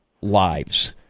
lives